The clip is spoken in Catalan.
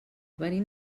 venim